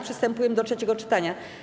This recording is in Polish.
Przystępujemy do trzeciego czytania.